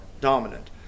dominant